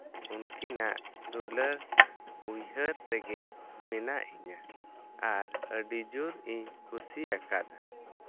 ᱩᱱᱠᱤᱱᱟᱜ ᱫᱩᱞᱟᱹᱲ ᱩᱭᱦᱟᱹᱨ ᱨᱮᱜᱮ ᱢᱮᱱᱟᱜᱼᱤᱧᱟᱹ ᱟᱨ ᱟᱹᱰᱤ ᱡᱳᱨ ᱤᱧ ᱠᱩᱥᱤ ᱟᱠᱟᱫᱽᱼᱟ